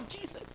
Jesus